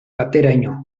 bateraino